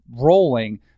rolling